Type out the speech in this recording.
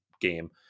game